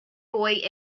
boy